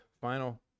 final